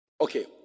Okay